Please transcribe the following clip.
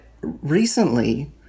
recently